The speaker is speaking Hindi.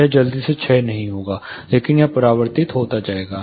यह जल्दी से क्षय नहीं होगा लेकिन यह परावर्तित होता जाएगा